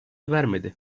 vermedi